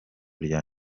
rya